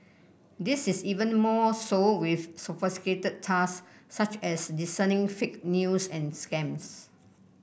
this is even more so with sophisticated task such as discerning fake news and scams